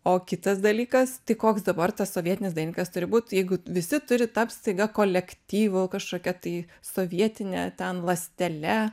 o kitas dalykas tai koks dabar tas sovietinis dailininkas turi būt jeigu visi turi tapt staiga kolektyvu kažkokia tai sovietine ten ląstele